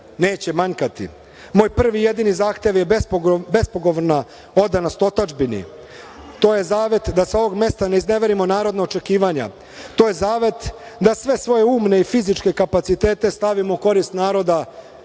neće manjkati. Moj prvi i jedini zahtev je bespogovorna odanost otadžbini. To je zavet da sa ovog mesta ne izneverimo narodna očekivanja, to je zavet da sve svoje umne i fizičke kapacitete stavimo u korist naroda